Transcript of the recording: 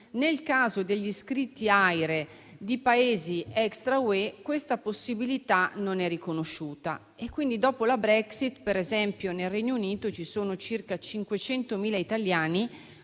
nel caso degli iscritti all'AIRE di Paesi extra-UE questa possibilità non è riconosciuta. Dopo la Brexit, per esempio nel Regno Unito ci sono circa 500.000 italiani,